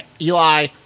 Eli